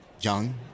young